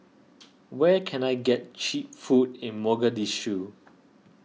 where can I get Cheap Food in Mogadishu